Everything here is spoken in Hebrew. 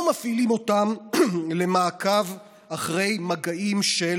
לא מפעילים אותם למעקב אחרי מגעים של